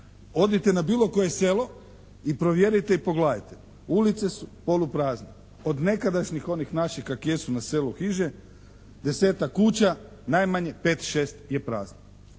Odite na bilo koje selo i provjerite i pogledajte. Ulice su poluprazne. Od nekadašnjih onih naših kak jesu na selu hiže, desetak kuća najmanje 5-6 je prazno.